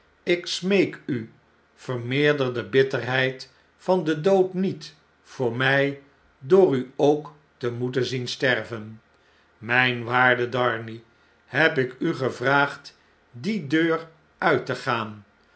ik smeek u vermeerder de bitterheid van den dood niet voor mij door u ook te moeten zien sterven mijn waarde darnay heb ik u gevraagd die deur uit te gaan